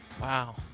Wow